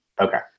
Okay